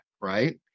right